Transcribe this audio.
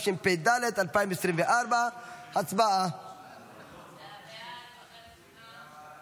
ולהמליץ לכנסת להעביר את הצעת החוק האמורה מוועדת החוקה,